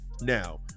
now